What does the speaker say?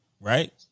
Right